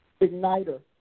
igniter